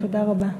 תודה רבה.